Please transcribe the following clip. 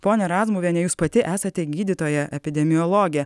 ponia razmuviene jūs pati esate gydytoja epidemiologė